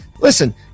listen